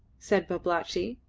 said babalatchi,